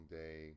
day